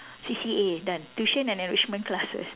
C_C_A done tuition and enrichment classes